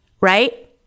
right